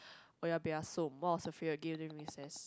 owa peya som what was your favourite game during recess